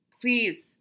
please